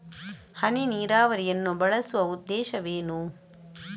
ಹನಿ ನೀರಾವರಿಯನ್ನು ಬಳಸುವ ಉದ್ದೇಶವೇನು?